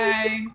Bye